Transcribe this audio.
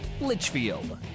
Litchfield